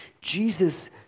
Jesus